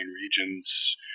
regions